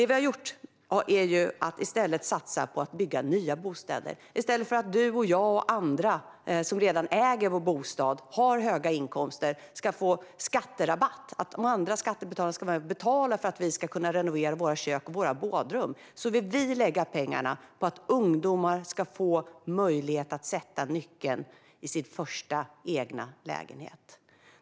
Vi satsar på att bygga nya bostäder i stället för att du, jag och andra som redan äger sin bostad och har höga inkomster ska få en skatterabatt där andra skattebetalare ska behöva betala för att vi ska kunna renovera våra kök och badrum. Vi vill lägga pengarna på att ungdomar ska få möjlighet att sätta nyckeln i dörren till sin första lägenhet.